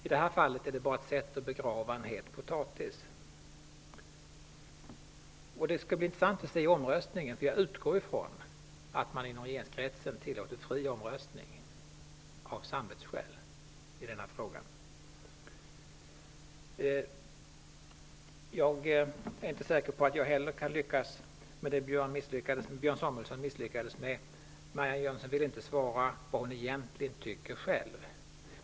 I det här fallet är det bara fråga om ett sätt att begrava en het potatis. Det skall bli intressant att studera omröstningen. Jag utgår från att man i regeringskretsen av samvetsskäl tillåter fri omröstning i denna fråga. Jag är inte säker på att jag lyckas med det som Jönsson ville inte säga vad hon själv egentligen tycker.